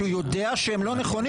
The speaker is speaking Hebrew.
הבושה יפה לה,